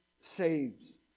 saves